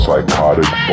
Psychotic